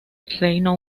reino